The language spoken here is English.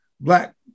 Black